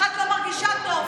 אחת לא מרגישה טוב,